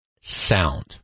sound